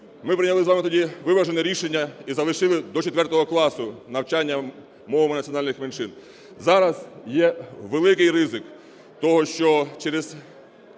Ми прийняли з вами тоді виважене рішення і залишили до 4 класу навчання мови національних меншин. Зараз є великий ризик того, що через